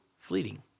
fleeting